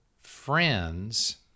friends